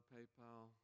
PayPal